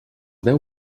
deu